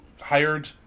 hired